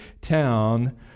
town